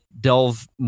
delve